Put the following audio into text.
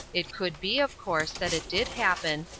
it could be, of course, that it did happen,